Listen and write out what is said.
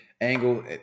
Angle